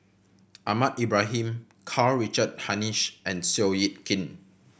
Ahmad Ibrahim Karl Richard Hanitsch and Seow Yit Kin